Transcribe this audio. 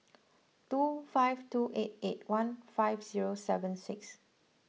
two five two eight eight one five zero seven six